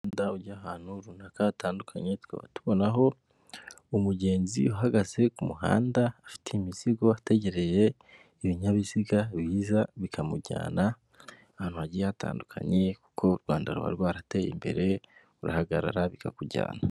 Umuhada ujya ahantu runaka hatandukanye twakaba tubona aho umugenzi uhagaze ku muhanda afite imizigo ategereye ibinyabiziga biza bikamujyana ahantu hatandukanye kuko u Rwanda ruba rwarateye imbere urahagarara bikakujyana.